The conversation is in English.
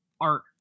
art